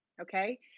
Okay